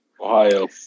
Ohio